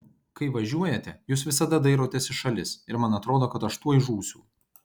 kai važiuojate jūs visada dairotės į šalis ir man atrodo kad aš tuoj žūsiu